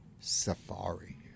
Safari